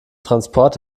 transport